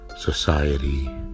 Society